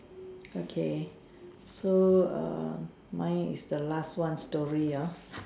okay so err mine is the last one story hor